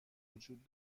وجود